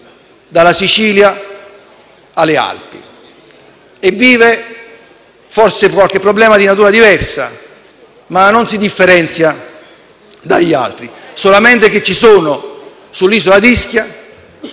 dalla Sicilia alle Alpi: vive forse qualche problema di natura diversa ma non si differenzia dalle altre. Ci sono sull’isola d’Ischia,